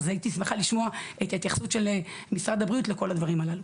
אז הייתי שמחה לשמוע את ההתייחסות של משרד הבריאות לכל הדברים הללו.